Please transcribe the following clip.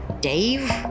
dave